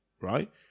right